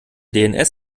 dns